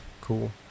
Cool